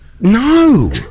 No